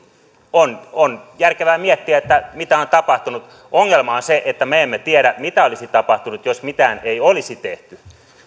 on on järkevää miettiä mitä on tapahtunut ongelma on se että me emme tiedä mitä olisi tapahtunut jos mitään ei olisi tehty